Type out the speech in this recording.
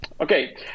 Okay